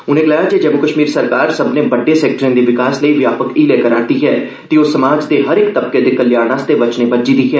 उपने गलाया जे जम्मू कश्मीर सरकार सब्मने बड्डे सैक्टरें दे विकास लेई व्यापक हीले करा करदी ऐ ते ओह समाज दे हर इक तबंके दे कल्याण लेई वचने बज्झी दी ऐ